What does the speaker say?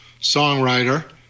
songwriter